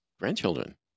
grandchildren